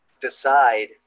decide